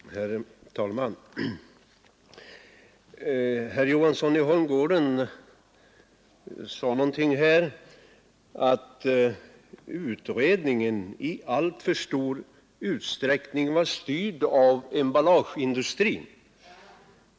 Herr talman! Herr Johansson i Holmgården sade någonting om att utredningen i alltför stor utsträckning vore styrd av emballageindustrin.